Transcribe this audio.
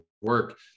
work